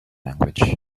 language